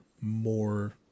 more